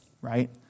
right